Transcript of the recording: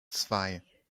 zwei